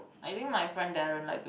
I think my friend Darren like to